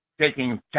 taking